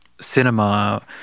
cinema